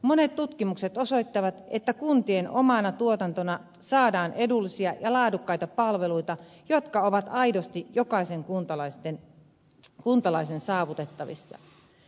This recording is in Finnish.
monet tutkimukset osoittavat että kuntien omana tuotantona saadaan edullisia ja laadukkaita palveluita jotka ovat aidosti jokaisen kuntalaisen saavutettavissa